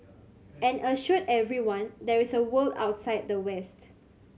and assured everyone there is a world outside the west